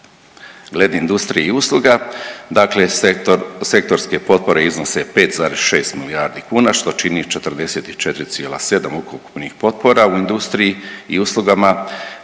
Glede industrije i usluga, dakle sektorske potpore iznose 5,6 milijardi kuna što čini 44,7 ukupnih potpora u industriji i uslugama.